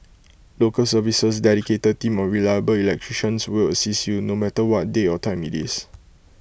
local service's dedicated team of reliable electricians will assist you no matter what day or time IT is